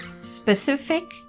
Specific